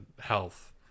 health